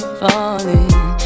falling